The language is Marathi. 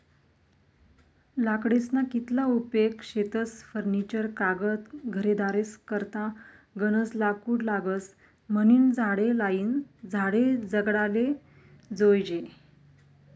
लाकडेस्ना कितला उपेग शेतस फर्निचर कागद घरेदारेस करता गनज लाकूड लागस म्हनीन झाडे लायीन झाडे जगाडाले जोयजे